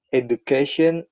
education